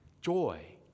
Joy